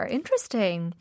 Interesting